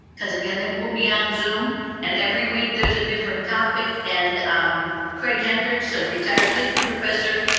cause again, it will be on zoom and every week there's a different topic, and craig hendricks, a retired history professor,